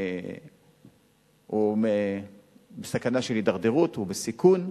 הוא בסכנה של הידרדרות, הוא בסיכון.